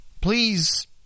please